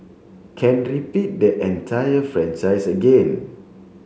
can repeat the entire franchise again